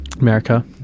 america